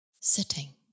sitting